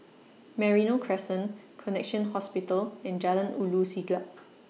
Merino Crescent Connexion Hospital and Jalan Ulu Siglap